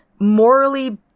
morally –